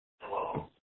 Hello